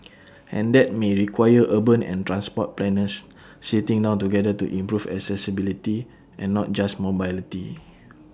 and that may require urban and transport planners sitting down together to improve accessibility and not just mobility